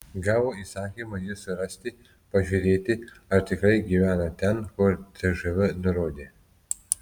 gavo įsakymą jį surasti pažiūrėti ar tikrai gyvena ten kur cžv nurodė